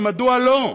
ומדוע לא?